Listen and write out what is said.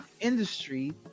industry